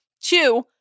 Two